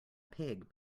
pig